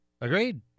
agreed